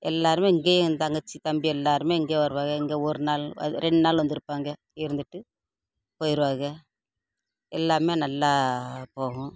எல்லோருமே இங்கேயும் என் தங்கச்சி தம்பி எல்லோருமே இங்கே வருவாக இங்கே ஒரு நாள் ரெண்டு நாள் வந்து இருப்பாங்க இருந்துட்டு போயிடுவாக எல்லாம் நல்லா போகும்